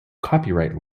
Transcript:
copyright